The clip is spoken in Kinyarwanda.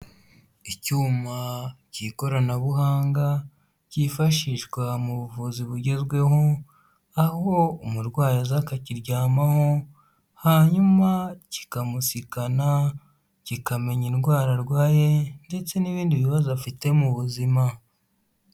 Icyuma cy'ikoranabuhanga cyifashishwa mu buvuzi bugezweho aho umurwayi aza akakiryamaho hanyuma kikamusikana kikamenya indwara arwaye, ndetse n'ibindi bibazo afite mu buzima.